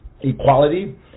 equality